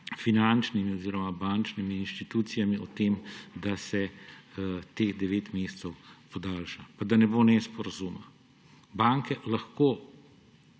finančnimi oziroma bančnimi inštitucijami o tem, da se teh devet mesecev podaljša. Pa da ne bo nesporazuma, banke lahko